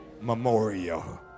memorial